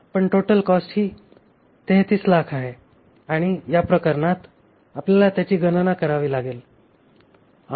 पण total cost ही 3300000 आहे आणि या प्रकरणात आपल्याला त्याची गणना करावी लागेल